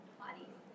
bodies